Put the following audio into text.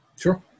Sure